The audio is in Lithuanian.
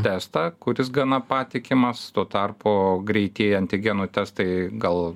testą kuris gana patikimas tuo tarpu greitieji antigenų testai gal